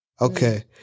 Okay